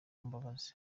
mbabazi